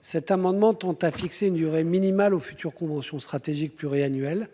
Cet amendement tend à fixer une durée minimale aux futures convention stratégique pluriannuel.